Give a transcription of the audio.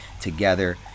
together